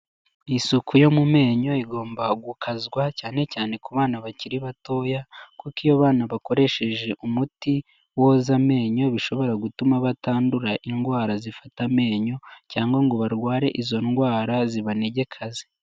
Isuku yo mu menyo igomba gukazwa cyane cyane ku bana bakiri batoya kuko iyo abana bakoresheje umuti woza amenyo bishobora gutuma batandura indwara zifata amenyo cyangwa ngo barware izo ndwara zibanegekaze.